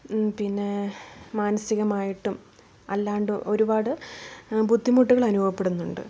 പിന്നെ മാനസികമായിട്ടും അല്ലാണ്ടും ഒരുപാട് ബുദ്ധിമുട്ടുകൾ അനുഭവപ്പെടുന്നുണ്ട്